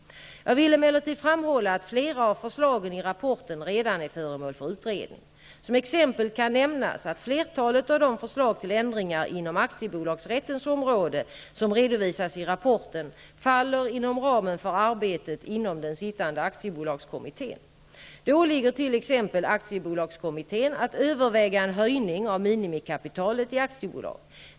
Jag vill emellertid framhålla att flera av förslagen i rapporten redan är föremål för utredning. Som exempel kan nämnas att flertalet av de förslag till ändringar inom aktiebolagsrättens område som redovisas i rapporten faller inom ramen för arbetet inom den sittande aktiebolagskommittén. Det åligger t.ex. aktiebolagskommittén att överväga en höjning av minimikapitalet i aktiebolag.